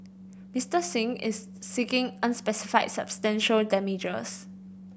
Mister Singh is seeking unspecified substantial damages